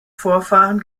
vorfahren